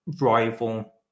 rival